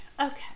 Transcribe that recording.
Okay